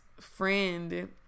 friend